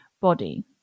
body